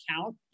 count